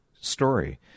story